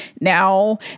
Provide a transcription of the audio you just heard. now